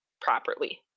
properly